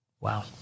wow